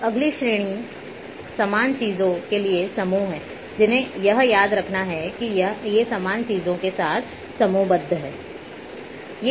अब अगली श्रेणियां समान चीज़ों के लिए समूह हैं जिन्हें यह याद रखना है कि ये समान चीज़ों के साथ समूहबद्ध हैं